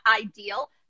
ideal